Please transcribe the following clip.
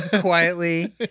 Quietly